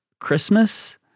Christmas